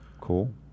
cool